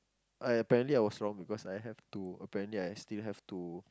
I apparently I was wrong because I have to apparently I still have to